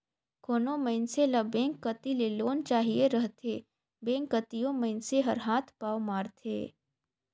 कोनो मइनसे ल बेंक कती ले लोन चाहिए रहथे बेंक कती ओ मइनसे हर हाथ पांव मारथे